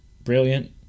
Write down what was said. Brilliant